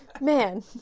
man